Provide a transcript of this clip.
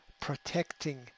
protecting